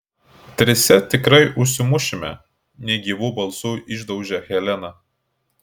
trise tikrai užsimušime negyvu balsu išdaužė helena